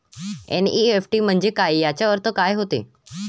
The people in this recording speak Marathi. एन.ई.एफ.टी म्हंजे काय, त्याचा अर्थ काय होते?